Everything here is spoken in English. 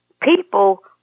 people